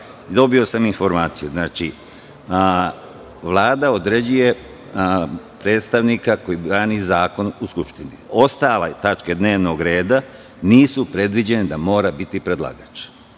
dobio sam informaciju. Vlada određuje predstavnika koji brani zakon u Skupštini. Ostale tačke dnevnog reda nisu predviđene da mora biti predlagač.